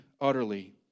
utterly